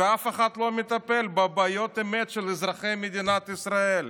ואף אחד לא מטפל בבעיות האמת של אזרחי מדינת ישראל.